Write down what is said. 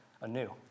anew